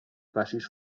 faces